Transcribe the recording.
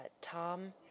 Tom